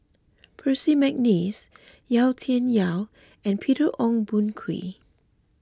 Percy McNeice Yau Tian Yau and Peter Ong Boon Kwee